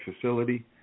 facility